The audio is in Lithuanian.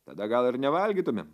tada gal ir nevalgytumėm